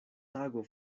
tago